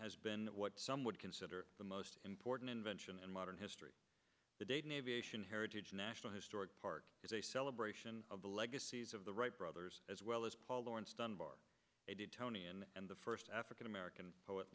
has been what some would consider the most important invention in modern history the dayton aviation heritage national historic park is a celebration of the legacies of the wright brothers as well as paul laurence dunbar tony and the first african american poet